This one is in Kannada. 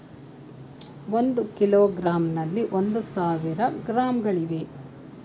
ಒಂದು ಕಿಲೋಗ್ರಾಂನಲ್ಲಿ ಒಂದು ಸಾವಿರ ಗ್ರಾಂಗಳಿವೆ